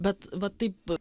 bet va taip